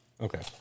Okay